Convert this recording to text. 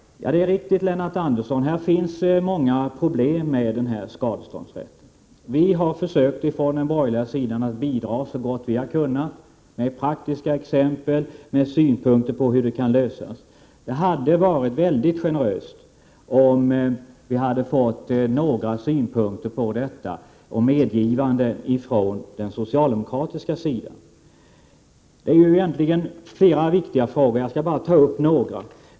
Det är riktigt, Lennart Andersson, att det finns många problem när det gäller skadeståndsrätten. På den borgerliga sidan har vi med praktiska exempel och med synpunkter på hur de skulle kunna lösas försökt att bidra så gott vi har kunnat. Det hade varit mycket generöst, om vi hade fått några synpunkter på detta och medgivanden från den socialdemokratiska sidan. Egentligen rör det sig om flera viktiga frågor, men jag skall ta upp bara några.